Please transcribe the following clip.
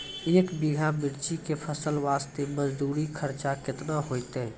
एक बीघा मिर्ची के फसल वास्ते मजदूरी खर्चा केतना होइते?